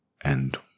And